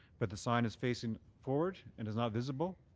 but the sign is facing forward and is not visible,